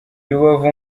rubavu